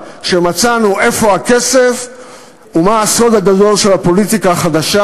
כשמצאנו איפה הכסף ומה הסוד הגדול של הפוליטיקה החדשה,